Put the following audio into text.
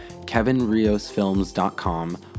kevinriosfilms.com